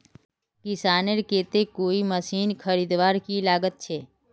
किसानेर केते कोई मशीन खरीदवार की लागत छे?